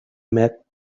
met